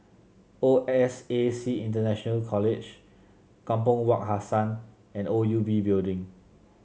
O S A C International College Kampong Wak Hassan and O U B Building